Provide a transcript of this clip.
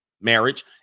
marriage